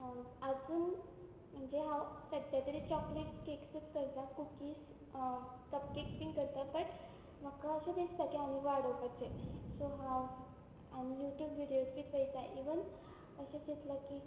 हांव आजून म्हणजे हांव सद्द्या तरी चॉकलेट्स केक्सूत करता कुकीज कप केक्स बी करता बट म्हाका अशें दिसता की आनी वाडोवपाचे सो हांव आनी यूट्यूब विडियोज बी पळयता इवन अशें चितला की